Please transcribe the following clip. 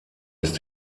ist